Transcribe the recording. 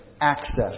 access